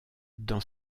dans